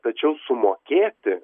tačiau sumokėti